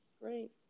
great